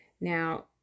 Now